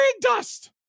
dust